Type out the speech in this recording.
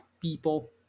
people